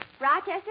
Rochester